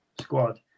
squad